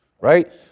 right